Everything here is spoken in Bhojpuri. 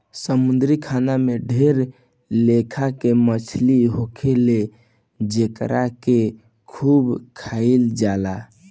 समुंद्री खाना में ढेर लेखा के मछली होखेले जेकरा के खूब खाइल जाला